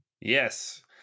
yes